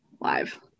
live